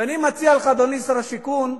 ואני מציע לך, אדוני שר השיכון,